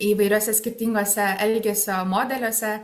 įvairiuose skirtinguose elgesio modeliuose